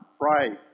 pray